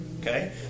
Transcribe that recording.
okay